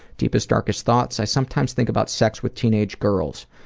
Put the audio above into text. deepest, darkest thoughts? i sometimes think about sex with teenaged girls.